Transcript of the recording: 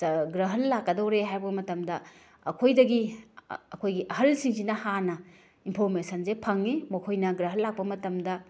ꯒ꯭ꯔꯍꯟ ꯂꯥꯛꯀꯗꯧꯔꯦ ꯍꯥꯏꯕ ꯃꯇꯝꯗ ꯑꯩꯈꯣꯏꯗꯒꯤ ꯑꯩꯈꯣꯏꯒꯤ ꯑꯍꯜꯁꯤꯡꯁꯤꯅ ꯍꯥꯟꯅ ꯏꯟꯐꯣꯔꯃꯦꯁꯟꯁꯦ ꯐꯪꯏ ꯃꯈꯣꯏꯅ ꯒ꯭ꯔꯍꯟ ꯂꯥꯛꯄ ꯃꯇꯝꯗ